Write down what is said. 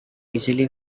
easily